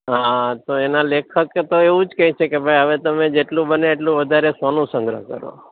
હા તો એના લેખકે તો એવું જ કહે છે કે ભાઈ હવે તમે જેટલું બને એટલું વધારે સોનું સંગ્રહ કરો